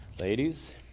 ladies